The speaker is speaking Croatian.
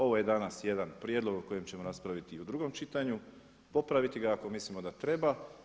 Ovo je danas jedan prijedlog o kojem ćemo raspraviti i u drugom čitanju, popraviti ga ako mislimo da treba.